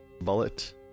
Bullet